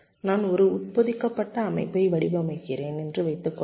நான் ஒரு உட்பொதிக்கப்பட்ட அமைப்பை வடிவமைக்கிறேன் என்று வைத்துக்கொள்வோம்